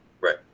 Right